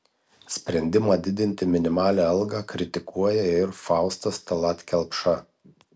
sprendimą didinti minimalią algą kritikuoja ir faustas tallat kelpša